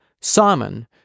Simon